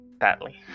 sadly